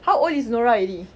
how old is nora already